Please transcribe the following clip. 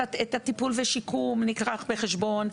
הטיפול ושיקום נלקח בחשבון,